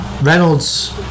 Reynolds